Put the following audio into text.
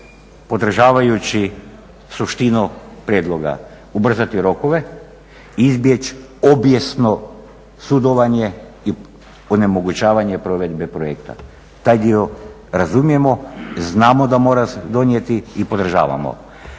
podržavajući suštinu prijedloga, ubrzati rokove, izbjeći obijesno sudovanje i onemogućavanje provedbe projekta. Taj dio razumijemo, znamo da mora donijeti i podržavamo.